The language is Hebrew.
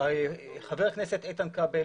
ח"כ איתן כבל